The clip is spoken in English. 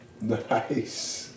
Nice